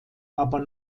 aber